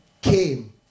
came